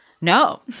No